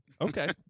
Okay